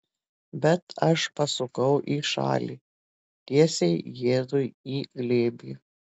bet aš pasukau į šalį tiesiai jėzui į glėbį